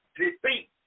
defeat